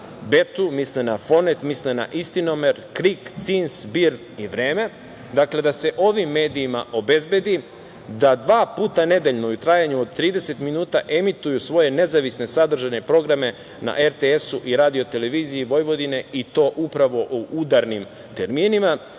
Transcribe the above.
BETU, misle na Fonet, misle na Istinomer, na Krik, CINS, Birn i Vreme. Dakle, da se ovim medijima obezbedi da dva puta nedeljno i u trajanju od 30 minuta emituju svoje nezavisne sadržajne programe ne RTS i na RTV i to upravo u udarnim terminima.